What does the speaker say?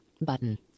Button